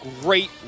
great